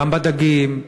גם בדגים,